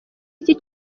iki